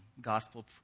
gospel